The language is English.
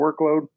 workload